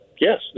Yes